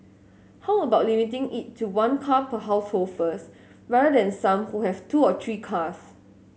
how about limiting it to one car per household first rather than some who have two or three cars